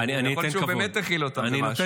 יכול להיות שהוא באמת האכיל אותם במשהו.